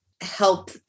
help